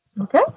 Okay